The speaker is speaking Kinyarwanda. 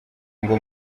ngo